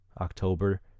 October